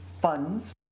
funds